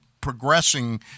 progressing